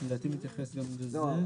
לדעתי זה מתייחס גם לזה.